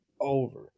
over